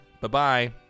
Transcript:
Bye-bye